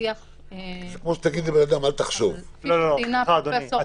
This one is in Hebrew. משיח -- לא, לא, סליחה, אדוני.